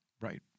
Right